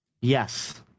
Yes